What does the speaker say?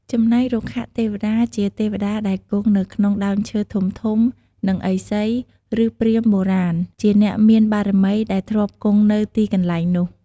ចំណែករុក្ខទេវតា ជាទេវតាដែលគង់នៅក្នុងដើមឈើធំៗ និងឥសី ឬព្រាហ្មណ៍បុរាណ ជាអ្នកមានបារមីដែលធ្លាប់គង់នៅទីកន្លែងនោះ។។